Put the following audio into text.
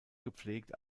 gepflegt